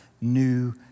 new